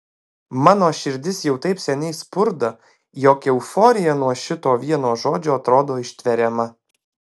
mano širdis jau taip seniai spurda jog euforija nuo šito vieno žodžio atrodo ištveriama